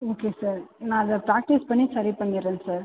okay sir நான் அதை practice பண்ணி சரி பண்ணிடுறேன் சார்